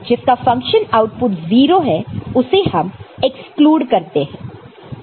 जिसका function output 0 है उसे हम एक्सक्लूड करते हैं